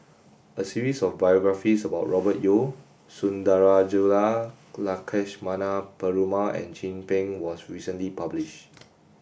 a series of biographies about Robert Yeo Sundarajulu Lakshmana Perumal and Chin Peng was recently published